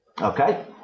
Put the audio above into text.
Okay